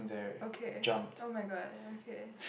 okay [oh]-my-god okay